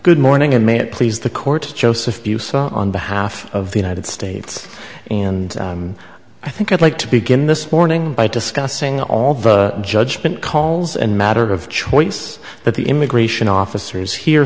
good morning and may it please the court joseph you so on behalf of the united states and i think i'd like to begin this morning by discussing all the judgment calls and matter of choice that the immigration officers here